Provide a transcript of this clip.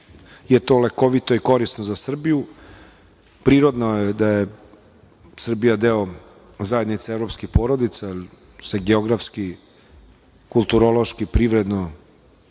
je to lekovito i korisno za Srbiju. Prirodno je da je Srbija zajednica evropske porodice, jer se geografski, kulturološki, privredno,